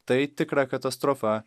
tai tikra katastrofa